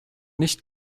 nicht